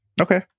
Okay